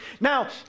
Now